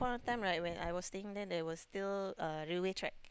that point of time right when I was staying there there was still uh railway track